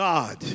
God